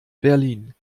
berlin